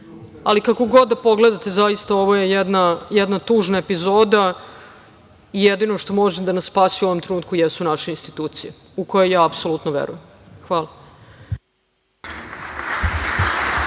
Ali, kako god da pogledate, zaista ovo je jedna tužna epizoda i jedino što može da nas spasi u ovom trenutku jesu naše institucije, u koje ja apsolutno verujem. Hvala.